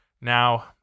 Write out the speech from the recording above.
Now